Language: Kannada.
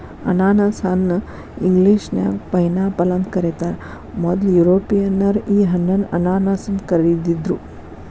ಅನಾನಸ ಹಣ್ಣ ಇಂಗ್ಲೇಷನ್ಯಾಗ ಪೈನ್ಆಪಲ್ ಅಂತ ಕರೇತಾರ, ಮೊದ್ಲ ಯುರೋಪಿಯನ್ನರ ಈ ಹಣ್ಣನ್ನ ಅನಾನಸ್ ಅಂತ ಕರಿದಿದ್ರು